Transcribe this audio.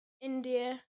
India